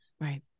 Right